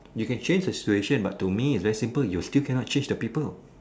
you can change the situation but to me is very simple you still can not change the people